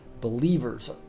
believers